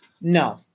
No